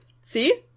See